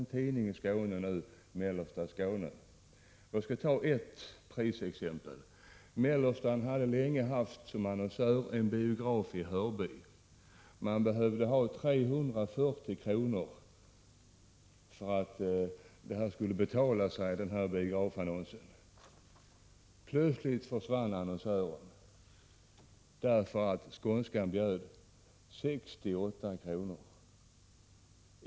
Jag skall ta ett prisexempel. Mellersta Skåne hade länge en biograf i Hörby som annonsör, och för att annonsen skulle betala sig begärde man 340 kr. Plötsligt försvann annonsören, därför att Skånska Dagbladet begärde 68 kr.